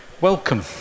welcome